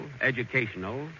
educational